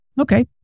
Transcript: Okay